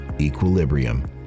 equilibrium